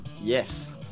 yes